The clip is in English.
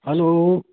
hello